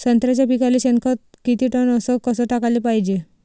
संत्र्याच्या पिकाले शेनखत किती टन अस कस टाकाले पायजे?